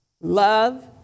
love